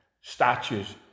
statues